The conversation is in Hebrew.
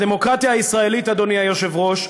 בדמוקרטיה הישראלית, אדוני היושב-ראש,